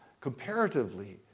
comparatively